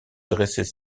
dressait